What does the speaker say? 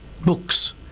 books